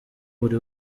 buri